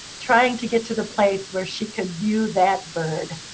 trying to get to the place where she could view that bird.